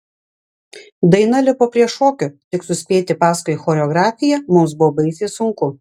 daina lipo prie šokio tik suspėti paskui choreografiją mums buvo baisiai sunku